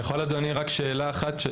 אני יכול אדוני רק שאלה אחת?